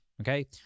Okay